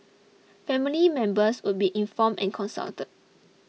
family members would be informed and consulted